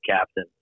captain